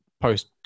post